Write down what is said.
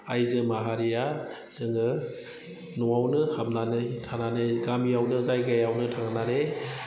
आइजो माहारिया जोङो न'आवनो हाबनानै थानानै गामियावनो जायगायावनो थांनानै